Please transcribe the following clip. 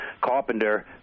Carpenter